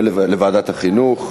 לוועדת החינוך,